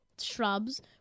Shrubs